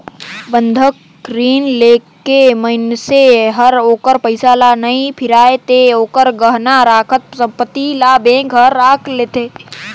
बंधक रीन लेके मइनसे हर ओखर पइसा ल नइ फिराही ते ओखर गहना राखल संपति ल बेंक हर राख लेथें